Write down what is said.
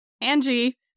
Angie